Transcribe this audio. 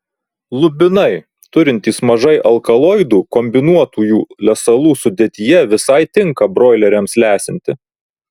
lubinai turintys mažai alkaloidų kombinuotųjų lesalų sudėtyje visai tinka broileriams lesinti